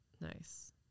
nice